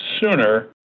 sooner